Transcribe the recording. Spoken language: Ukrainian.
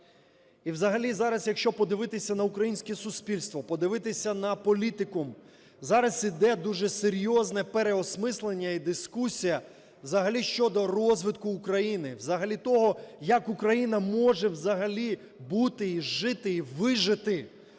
І взагалі зараз якщо подивитися на українське суспільство, подивитися на політикум, зараз іде дуже серйозне переосмислення і дискусія взагалі щодо розвитку України, взагалі того, як Україна може взагалі бути і жити і вижити